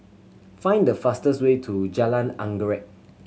find the fastest way to Jalan Anggerek